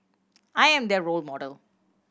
I am their role model